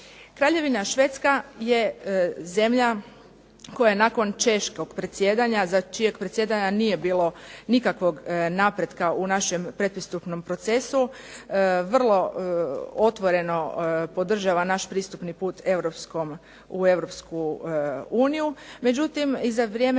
Kraljevina Švedska je zemlja koja je nakon Češkog predsjedanja, za čijeg predsjedanja nije bilo nikakvog napretka u našem pretpristupnom procesu, vrlo otvoreno podržava naš pristupni put u EU. Međutim, i za vrijeme